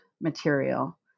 material